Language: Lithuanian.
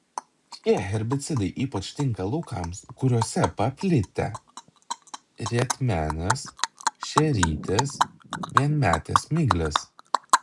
šie herbicidai ypač tinka laukams kuriuose paplitę rietmenės šerytės vienametės miglės